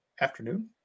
afternoon